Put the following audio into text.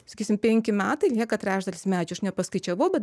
sakysim penki metai lieka trečdalis medžių aš nepaskaičiavau bet